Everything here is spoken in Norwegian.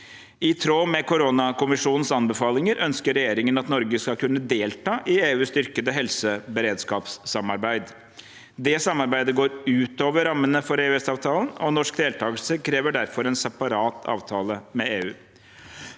I tråd med koronakommisjonens anbefalinger ønsker regjeringen at Norge skal kunne delta i EUs styrkede helseberedskapssamarbeid. Det samarbeidet går ut over rammene for EØS-avtalen, og norsk deltakelse krever derfor en separat avtale med EU.